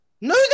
No